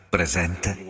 Presente